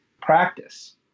practice